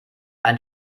ein